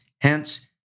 hence